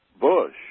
Bush